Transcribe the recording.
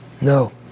No